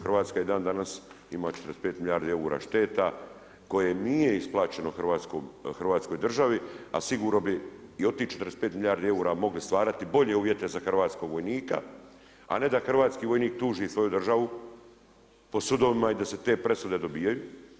Hrvatska je dan danas ima 45 milijardi eura šteta, koje nije isplaćeno Hrvatskoj državi, a sigurno bi i od tih 45 milijardi eura mogli stvarati bolje uvjete za hrvatskog vojnika, a ne da hrvatski vojnik tuži svoju državu, po sudovima i da se te presude dobivaju.